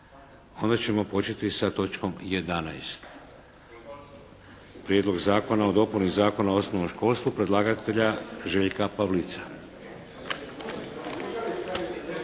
onda ćemo početi sa točkom 11. Prijedlog zakona o dopuni Zakona o osnovnom školstvu predlagatelja Željka Pavlica.